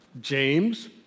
James